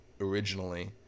originally